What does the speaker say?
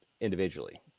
individually